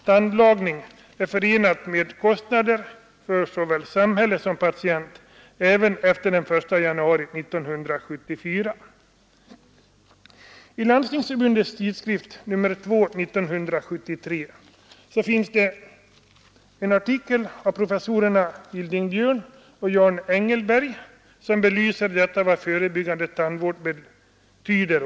Tandlagning är förenad med kostnader för såväl samhället som patienten, även efter den 1 januari 1974. I Landstingsförbundet tidskrift nr 2 av i år finns en artikel av professorerna Hilding Björn och Jan Egelberg, som belyser vad förebyggande tandvård betyder.